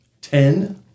Ten